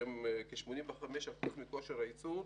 שהם כ-85% מכושר הייצור.